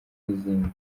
n’izindi